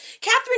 Catherine